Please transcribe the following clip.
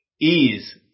Ease